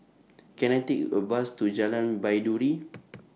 Can I Take A Bus to Jalan Baiduri